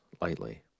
lightly